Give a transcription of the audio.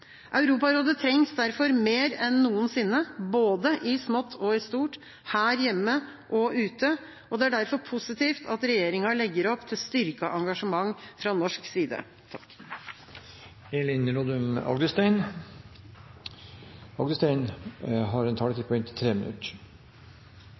Europarådet trengs derfor mer enn noensinne, både i smått og i stort, her hjemme og ute. Det er derfor positivt at regjeringa legger opp til styrket engasjement fra norsk side. De talere som heretter får ordet, har en taletid på inntil